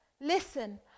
Listen